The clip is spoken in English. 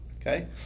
Okay